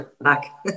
back